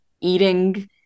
eating